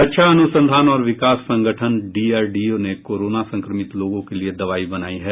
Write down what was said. रक्षा अनुसंधान और विकास संगठन डीआरडीओ ने कोरोना संक्रमित लोगों के लिए दवाई बनाई है